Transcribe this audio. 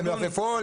למלפפון,